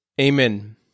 Amen